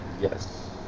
yes